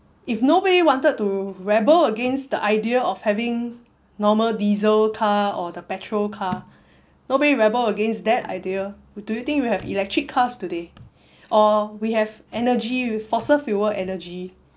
if nobody wanted to rebel against the idea of having normal diesel car or the petrol car nobody rebel against that idea do you think we'll have electric cars today or we have energy fossil fuel energy